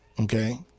Okay